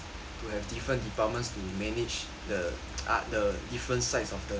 to have different departments to manage the uh the different sides of the